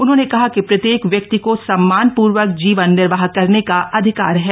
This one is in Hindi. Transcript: उन्होंने कहा कि प्रत्येक व्यक्ति को सम्मानपूर्वक जीवन निर्वाह करने का अधिकार है